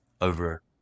over